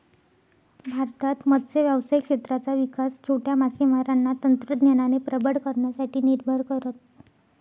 भारतात मत्स्य व्यावसायिक क्षेत्राचा विकास छोट्या मासेमारांना तंत्रज्ञानाने प्रबळ करण्यासाठी निर्भर करत